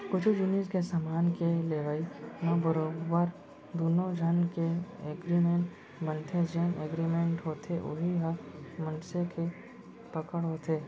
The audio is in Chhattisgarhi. कुछु जिनिस के समान के लेवई म बरोबर दुनो झन के एगरिमेंट बनथे जेन एगरिमेंट होथे उही ह मनसे के पकड़ होथे